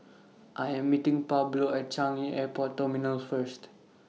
I Am meeting Pablo At Changi Airport Terminal First